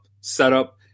setup